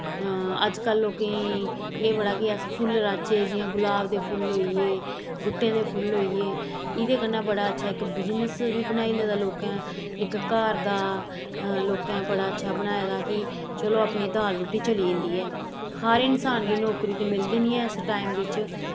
अजकल्ल लोकें गी एह् बड़ा कि अस फुल्ल राह्चै जि'यां गुलाब दे फुल्ल होई गे गुट्टें दे फुल्ल होई गे इ'दे कन्नै बड़ा अच्छा इक बिजनस बी बनाई लेदा लोकें इक घर दा लोकें बड़ा अच्छा बनाए दा कि चलो अपनी दाल रुट्टी चली जंदी ऐ हर इंसान गी नौकरी ते मिलदी निं ऐ इस टाइम बिच्च